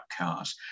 cars